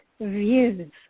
views